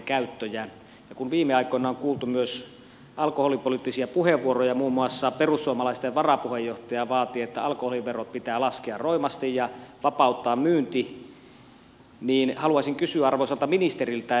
ja kun viime aikoina on kuultu myös alkoholipoliittisia puheenvuoroja muun muassa perussuomalaisten varapuheenjohtaja vaati että alkoholiverot pitää laskea roimasti ja vapauttaa myynti niin haluaisin kysyä arvoisalta ministeriltä